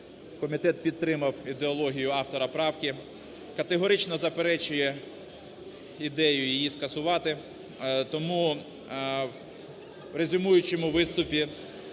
Комітет підтримав ідеологію автора правки, категорично заперечує ідею її скасувати. Тому в резюмуючому виступі